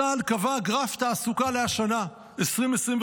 צה"ל קבע גרף תעסוקה לשנה הנוכחית,